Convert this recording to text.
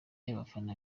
y’abafana